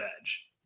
edge